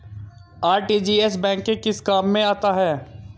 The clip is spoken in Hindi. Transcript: आर.टी.जी.एस बैंक के किस काम में आता है?